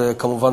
וכמובן,